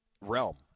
realm